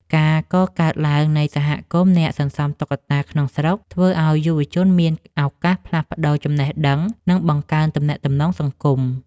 ការកកើតឡើងនៃសហគមន៍អ្នកសន្សំតុក្កតាក្នុងស្រុក ធ្វើឱ្យយុវជនមានឱកាសផ្លាស់ប្តូរចំណេះដឹង និងបង្កើនទំនាក់ទំនងសង្គម។